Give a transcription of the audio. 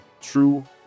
True